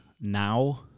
now